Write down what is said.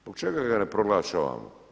Zbog čega ga ne proglašavamo?